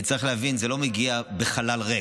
צריך להבין, זה לא מגיע בחלל ריק.